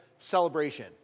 celebration